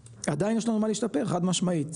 עדיין יש לנו מה להשתפר חד משמעית,